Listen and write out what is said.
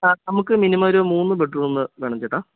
ആ നമുക്ക് മിനിമം ഒരു മൂന്ന് ബെഡ്റൂമ് വേണം ചേട്ടാ